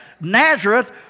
Nazareth